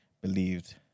believed